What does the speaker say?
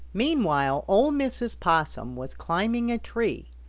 meanwhile ol' mrs. possum was climbing a tree,